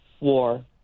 war